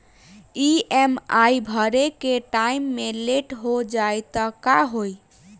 EMI भरे के time मे लेट हो जायी त का होई?